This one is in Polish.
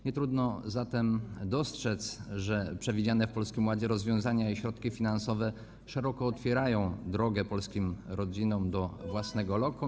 Nietrudno zatem dostrzec, że przewidziane w Polskim Ładzie rozwiązania i środki finansowe szeroko otwierają drogę polskim rodzinom do własnego lokum.